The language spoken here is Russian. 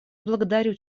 благодарю